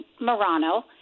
Murano